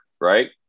right